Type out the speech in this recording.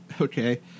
Okay